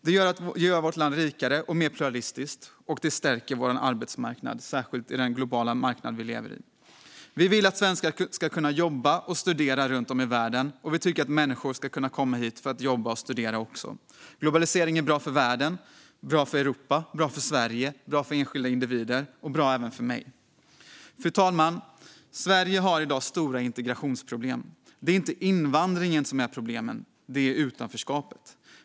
Det gör vårt land rikare och mer pluralistiskt och stärker vår arbetsmarknad, särskilt på den globala marknad vi lever i. Vi vill att svenskar ska kunna jobba och studera runt om i världen, och vi tycker att människor också ska kunna komma hit för att jobba och studera. Globalisering är bra för världen, för Europa, för Sverige, för enskilda individer och även för mig. Fru talman! Sverige har i dag stora integrationsproblem. Det är inte invandringen som är problemet, utan det är utanförskapet.